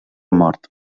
mort